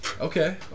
Okay